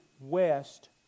west